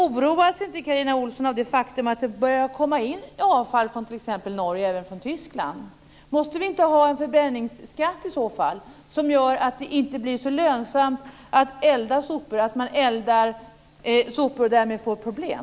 Oroas inte Carina Ohlsson av det faktum att det börjar komma in avfall från t.ex. Norge och även från Tyskland? Måste vi inte i så fall ha en förbränningsskatt som gör att det inte blir så lönsamt att elda sopor och därmed få problem?